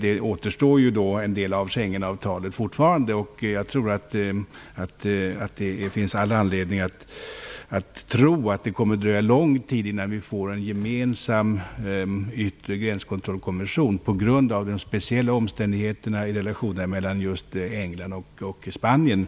Fortfarande återstår ju en del av Schengenavtalet, och jag tror att det finns all anledning att tro att det kommer att dröja lång tid innan vi får en gemensam yttre gränskontrollkonvention på grund av de speciella omständigheterna i relationerna mellan just England och Spanien.